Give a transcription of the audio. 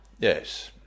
yes